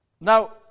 Now